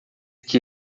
que